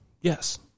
yes